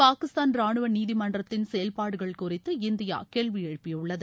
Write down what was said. பாகிஸ்தான் ராணுவ நீதிமன்றத்தின் செயல்பாடுகள் குறித்து இந்தியா கேள்வி எழுப்பியுள்ளது